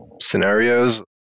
scenarios